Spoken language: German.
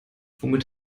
womit